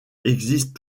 existe